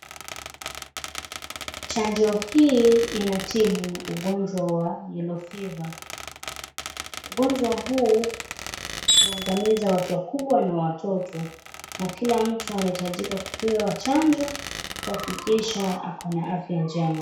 Chanjo hii inatibu ugonjwa wa yellow fever , ugonjwa huu huangamiza watu wakubwa na watoto na kila mtu anahitajika kupewa chanjo kuhakikisha ako na afya njema.